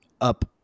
up